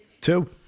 Two